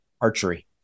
archery